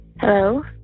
Hello